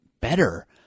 better